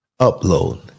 upload